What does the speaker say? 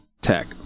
tech